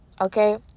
okay